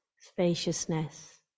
spaciousness